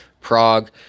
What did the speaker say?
Prague